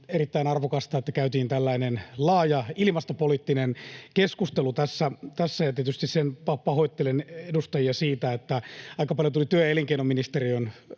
erittäin arvokasta, että käytiin tällainen laaja ilmastopoliittinen keskustelu tässä. Ja tietysti pahoittelen edustajia siitä, että kun aika paljon tuli työ- ja elinkeinoministeriön